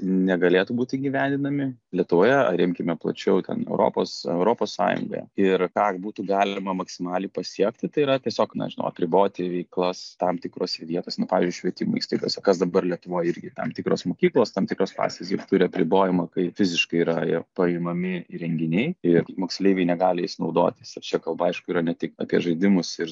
negalėtų būti įgyvendinami lietuvoje ar imkime plačiau ten europos europos sąjungoje ir ką būtų galima maksimaliai pasiekti tai yra tiesiog nežinau apriboti veiklas tam tikrose vietose nu pavyzdžiui švietimo įstaigose kas dabar lietuvoje irgi tam tikros mokyklos tam tikros klasės jau turi apribojimą kaip fiziškai yra ir paimami įrenginiai ir moksleiviai negali jais naudotis ir čia kalba aišku yra ne tik apie žaidimus ir